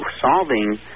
solving